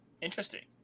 interesting